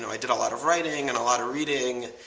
and i did a lot of writing, and a lot of reading,